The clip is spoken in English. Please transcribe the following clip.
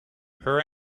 her